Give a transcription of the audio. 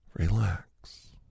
Relax